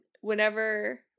whenever